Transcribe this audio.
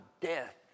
death